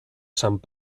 sant